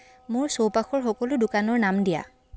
মোৰ চৌপাশৰ সকলো দোকানৰ নাম দিয়া